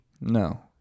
No